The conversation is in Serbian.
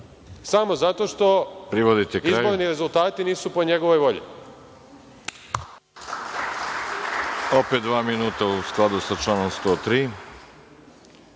samo zato što izborni rezultati nisu po njegovoj volji.